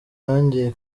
yongeye